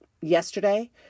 yesterday